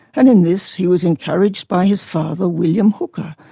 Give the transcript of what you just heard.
and in this he was encouraged by his father, william hooker,